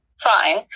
fine